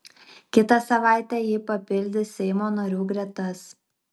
kitą savaitę ji papildys seimo narių gretas